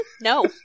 No